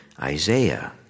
Isaiah